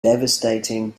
devastating